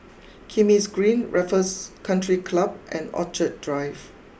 Kismis Green Raffles country Club and Drive